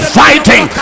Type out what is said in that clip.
fighting